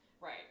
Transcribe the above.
Right